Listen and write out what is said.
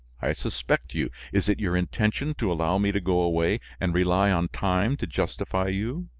i suspect you is it your intention to allow me to go away and rely on time to justify you?